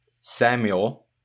Samuel